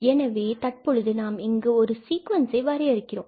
எனவே தற்பொழுது நாம் இங்கு ஒரு சீக்வென்ஸை வரையறுக்கிறோம்